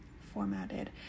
formatted